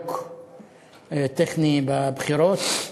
כבלוק טכני בבחירות.